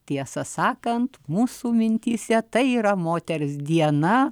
tiesą sakant mūsų mintyse tai yra moters diena